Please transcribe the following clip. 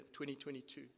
2022